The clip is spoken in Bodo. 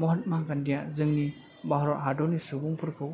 माहात्मा गान्धिया जोंनि भारत हादरनि सुबुंफोरखौ